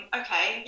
okay